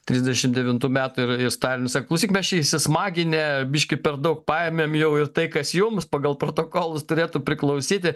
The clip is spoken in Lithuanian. trisdešimt devintų metų ir stalinui sako klausyk mes čia įsismaginę biškį per daug paėmėm jau ir tai kas jums pagal protokolus turėtų priklausyti